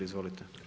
Izvolite.